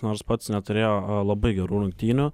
nors pats neturėjo labai gerų rungtynių